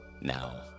Now